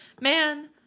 Man